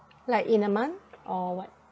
like in a month or what